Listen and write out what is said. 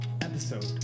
episode